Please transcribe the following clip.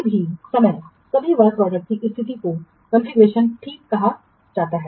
किसी भी समय सभी वर्क प्रोडक्टस की स्थिति को कॉन्फ़िगरेशन ठीक कहा जाता है